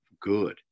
good